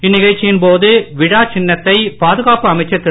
இந்நிகழ்ச்சியின் போது விழாச் சின்னத்தை பாதுகாப்பு அமைச்சர் திரு